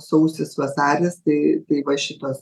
sausis vasaris tai tai va šitas